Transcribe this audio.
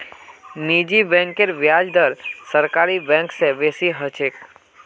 निजी बैंकेर ब्याज दर सरकारी बैंक स बेसी ह छेक